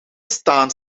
staan